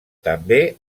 també